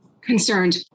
Concerned